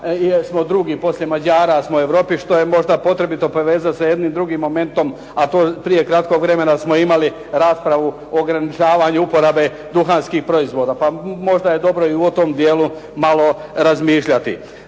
smo 2. poslije Mađara u Europi što je možda potrebito povezati sa nekim drugim momentom a to prije kratkog vremena smo imali raspravu o ograničavanju uporabe duhanskih proizvoda, možda je dobro malo u tom dijelu razmišljati.